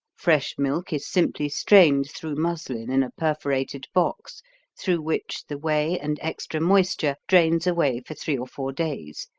fresh milk is simply strained through muslin in a perforated box through which the whey and extra moisture drains away for three or four days,